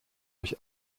durch